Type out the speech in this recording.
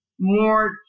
more